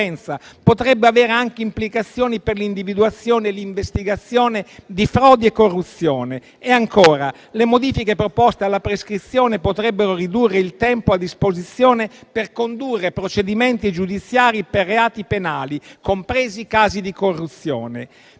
potrebbe avere anche implicazioni per l'individuazione e l'investigazione di frodi e corruzione. E ancora: le modifiche proposte alla prescrizione potrebbero ridurre il tempo a disposizione per condurre procedimenti giudiziari per reati penali, compresi i casi di corruzione.